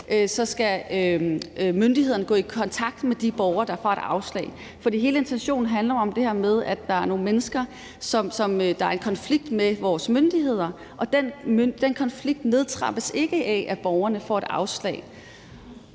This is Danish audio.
skal myndighederne gå i kontakt med de borgere, der får et afslag, for det hele handler om det her med, at der er nogle mennesker, der er i en konflikt med vores myndigheder, og den konflikt nedtrappes ikke af, at borgerne får et afslag.